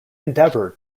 endeavor